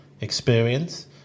experience